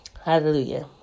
Hallelujah